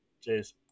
Cheers